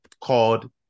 called